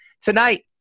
Tonight